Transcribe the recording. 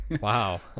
Wow